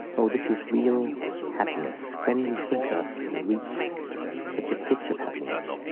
oh, this is real happiness when you think thus, and reach such a pitch of happiness